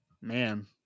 Man